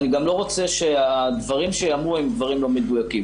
אני לא רוצה שהדברים שייאמרו הם דברים לא מדויקים.